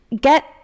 get